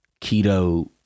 keto